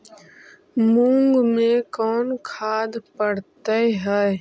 मुंग मे कोन खाद पड़तै है?